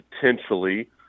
potentially